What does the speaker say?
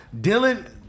Dylan